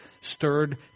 stirred